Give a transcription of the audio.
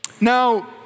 Now